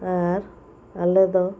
ᱟᱨ ᱟᱞᱮᱫᱚ